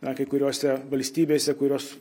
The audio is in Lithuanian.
na kai kuriose valstybėse kurios